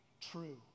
true